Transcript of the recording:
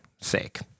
sake